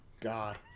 God